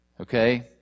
Okay